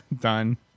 Done